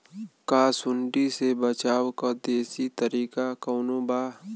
का सूंडी से बचाव क देशी तरीका कवनो बा?